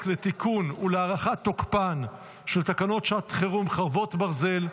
לתיקון ולהארכת תוקפן של תקנות שעת חירום (חרבות ברזל)